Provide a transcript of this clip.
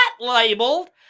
labeled